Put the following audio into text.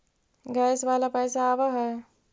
Gas वाला पैसा आव है?